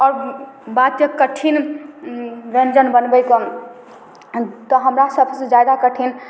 आओर बात जे कठिन व्यञ्जन बनबैके तऽ हमरा सबसँ ज्यादा कठिन